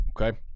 okay